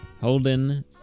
Holden